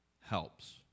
helps